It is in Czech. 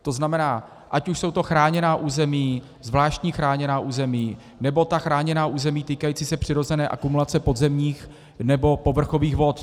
To znamená, ať už jsou to chráněná území, zvláštní chráněná území, nebo chráněná území týkající se přirozené akumulace podzemních nebo povrchových vod.